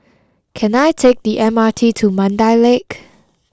can I take the M R T to Mandai Lake